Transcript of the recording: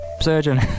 surgeon